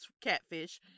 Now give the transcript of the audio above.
catfish